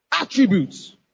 attributes